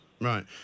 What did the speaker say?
Right